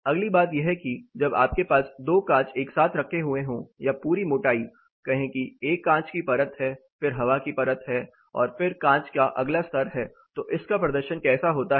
अगली बात यह है कि जब आपके पास 2 कांच एक साथ रखे हुए हो या पूरी मोटाई कहे कि एक कांच की परत है फिर हवा की परत है और फिर कांच का अगला स्तर है तो इसका प्रदर्शन कैसा होता है